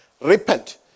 repent